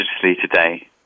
today